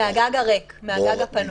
מהגג הריק הפנוי.